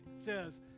says